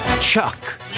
Chuck